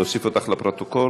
להוסיף אותך לפרוטוקול?